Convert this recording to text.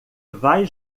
vai